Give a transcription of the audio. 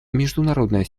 международная